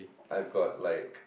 I've got like